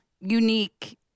unique